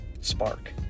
spark